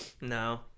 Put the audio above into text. No